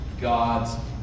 God's